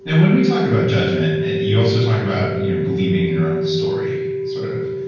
and when we talk about judgment you also talk about believing your own story sort of.